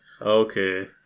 Okay